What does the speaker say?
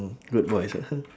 mm good boys ah